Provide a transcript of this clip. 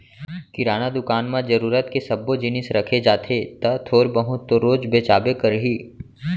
किराना दुकान म जरूरत के सब्बो जिनिस रखे जाथे त थोर बहुत तो रोज बेचाबे करही